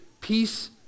peace